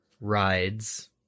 rides